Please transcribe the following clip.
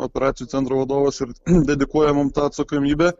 operacijų centro vadovas ir dedikuoja mum tą atsakomybę